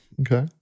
Okay